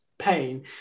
pain